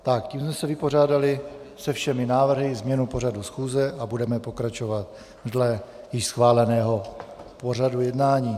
Tím jsme se vypořádali se všemi návrhy o změnu pořadu schůze a budeme pokračovat dle již schváleného pořadu jednání.